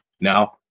Now